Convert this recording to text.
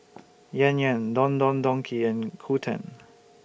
Yan Yan Don Don Donki and Qoo ten